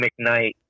McKnight